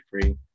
free